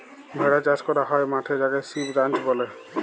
ভেড়া চাস ক্যরা হ্যয় মাঠে যাকে সিপ রাঞ্চ ব্যলে